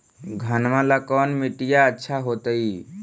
घनमा ला कौन मिट्टियां अच्छा होतई?